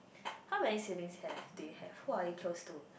how many siblings you have do you have who are you close to